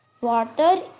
Water